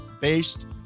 based